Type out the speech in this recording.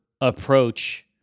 approach